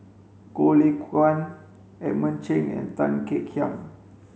Goh Lay Kuan Edmund Cheng and Tan Kek Hiang